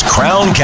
Crown